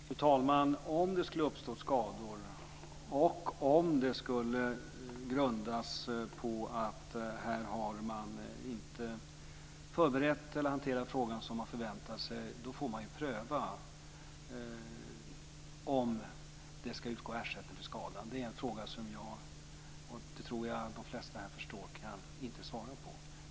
Fru talman! Om det skulle uppstå skador och om detta skulle grunda sig på att frågan inte har förberetts eller hanterats som man förväntar sig får det prövas om det ska utgå ersättning för skadan. Det är en fråga som jag, vilket jag tror att de flesta här förstår, inte kan svara på.